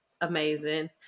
Amazing